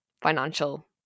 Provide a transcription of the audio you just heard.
Financial